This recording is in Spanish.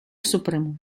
supremo